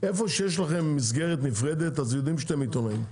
איפה שיש לכם מסגרת נפרדת יודעים שאתם עיתונאים,